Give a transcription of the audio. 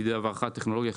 מדידה והערכת טכנולוגיה,